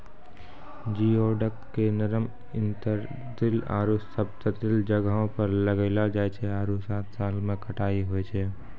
geoduck के नरम intertidal आरो सब्तिदल जग्हो में लगैलो जाय छै आरो सात साल में कटाई होय छै